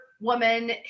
woman